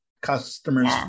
customers